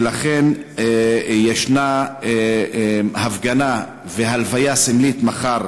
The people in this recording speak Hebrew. ולכן ישנה הפגנה והלוויה סמלית מחר